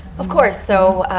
of course. so